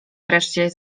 wreszcie